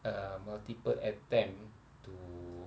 uh multiple attempt to